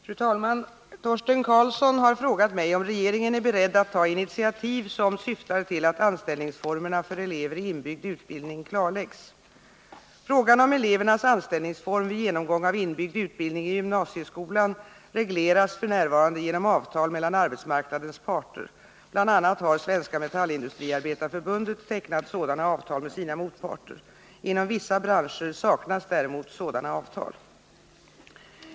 Fru talman! Torsten Karlsson har frågat mig om regeringen är beredd att ta initiativ som syftar till att anställningsformerna för elever i inbyggd utbildning klarläggs. Frågan om elevernas anställningsform vid genomgång av inbyggd utbildning i gymnasieskolan regleras f. n. genom avtal mellan arbetsmarknadens parter. Bl. a. har Svenska metallindustriarbetareförbundet tecknat sådana avtal med sina motparter. Inom vissa branscher saknas däremot sådana avtal.